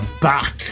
back